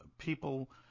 People